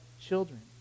children